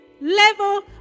level